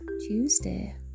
Tuesday